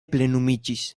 plenumiĝis